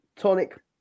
Tonic